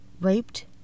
raped